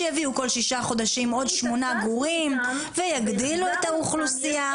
שיביאו כל שישה חודשים עוד שמונה גורים ויגדילו את האוכלוסייה.